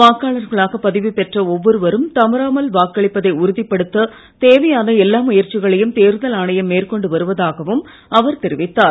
வாக்காளர்களாக பதிவுபெற்ற ஒவ்வொருவரும் தவறாமல் வாக்களிப்பதை உறுதிப்படுத்த தேவையான எல்லா முயற்சிகளையும் தேர்தல் ஆணையம் மேற்கொண்டு வருவதாகவும் அவர் தெரிவித்தார்